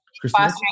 Christmas